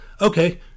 Okay